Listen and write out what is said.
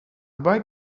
boy